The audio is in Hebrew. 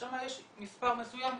ששם יש מספר מסוים,